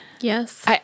Yes